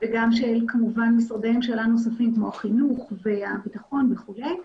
גם של כמובן משרדי ממשלה נוספים כמו החינוך והביטחון וכולי,